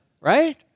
right